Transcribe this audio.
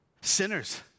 Sinners